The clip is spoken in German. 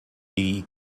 die